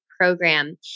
program